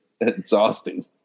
exhausting